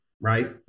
right